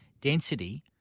density